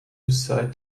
beside